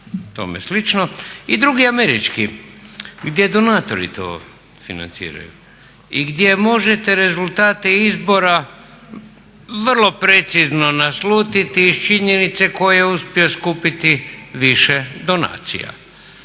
i drugi američki gdje donatori to financiraju i gdje možete rezultate izbora vrlo precizno naslutiti iz činjenice tko je uspio skupiti više donacija.